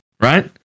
Right